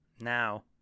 now